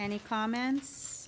any comments